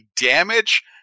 damage